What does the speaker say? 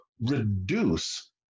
reduce